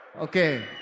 Okay